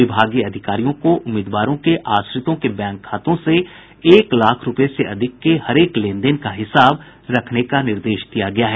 विभागीय अधिकारियों को उम्मीदवारों के आश्रितों के बैंक खातों से एक लाख रूपये से अधिक के हरेक लेनदेन का हिसाब रखने का निर्देश दिया गया है